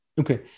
Okay